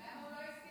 אדוני.